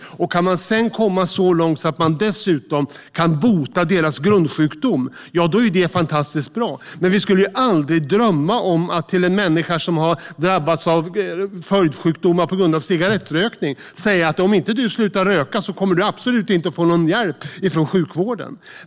Kan man sedan komma så långt att man dessutom kan bota deras grundsjukdom är det fantastiskt bra, men vi skulle ju aldrig drömma om att säga till en människa som har drabbats av följdsjukdomar på grund av cigarettrökning att om du inte slutar röka kommer du absolut inte att få någon hjälp från sjukvården.